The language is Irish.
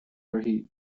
uirthi